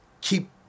keep